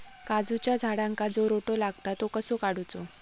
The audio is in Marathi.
काजूच्या झाडांका जो रोटो लागता तो कसो काडुचो?